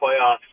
playoffs